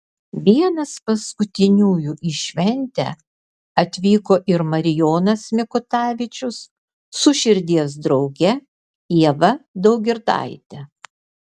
vienas paskutiniųjų į šventę atvyko ir marijonas mikutavičius su širdies drauge ieva daugirdaite